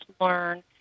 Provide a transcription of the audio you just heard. learn